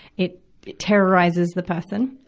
it, it terrorizes the person.